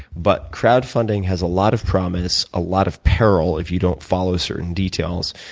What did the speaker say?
but crowdfunding has a lot of promise, a lot of peril if you don't follow certain details.